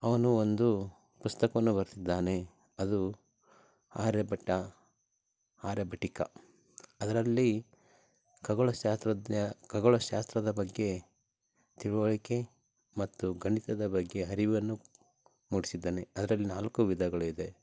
ಅವನು ಒಂದು ಪುಸ್ತಕವನ್ನು ಬರೆದಿದ್ದಾನೆ ಅದು ಆರ್ಯಭಟ ಆರ್ಯಭಟೀಯ ಅದರಲ್ಲಿ ಖಗೋಳಶಾಸ್ತ್ರಜ್ಞ ಖಗೋಳ ಶಾಸ್ತ್ರದ ಬಗ್ಗೆ ತಿಳಿವಳ್ಕೆ ಮತ್ತು ಗಣಿತದ ಬಗ್ಗೆ ಅರಿವನ್ನು ಮೂಡಿಸಿದ್ದಾನೆ ಅದ್ರಲ್ಲಿ ನಾಲ್ಕು ವಿಧಗಳು ಇದೆ